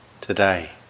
today